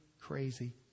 crazy